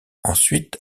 ensuite